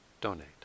donate